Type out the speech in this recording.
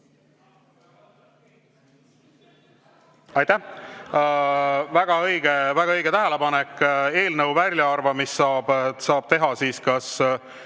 Aitäh! Väga õige tähelepanek! Eelnõu väljaarvamist saab teha kas